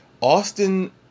Austin